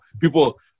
People